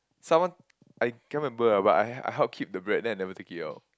someone I can't remember lah but I help I help keep the bread then I never take it at all